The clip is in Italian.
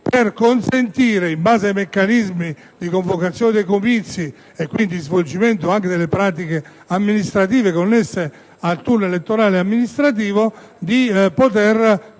per consentire, in base ai meccanismi di convocazione dei comizi (e, quindi, anche di svolgimento delle pratiche amministrative connesse al turno elettorale amministrativo), di potersi